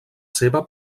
seva